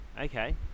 Okay